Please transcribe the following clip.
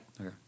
Okay